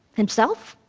himself,